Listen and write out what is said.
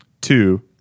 Two